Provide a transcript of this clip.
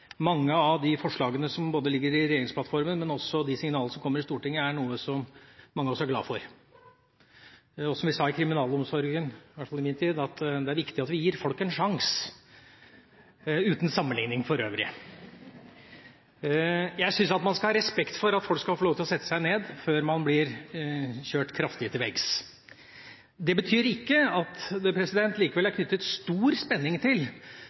mange av de forslagene som ligger i regjeringsplattformen, og de signalene som kommer i Stortinget, er noe som mange av oss er glade for. Og som vi sa i kriminalomsorgen – i hvert fall i min tid: Det er viktig at vi gir folk en sjanse – uten sammenligning for øvrig. Jeg syns man skal ha respekt for at folk skal få lov til å sette seg ned før man blir kjørt kraftig til veggs. Det betyr ikke at det ikke er knyttet stor spenning til